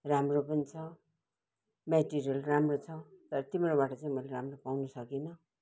राम्रो पनि छ मटेरियल राम्रो छ तर तिम्रोबाट चाहिँ मैले राम्रो पाउन सकिनँ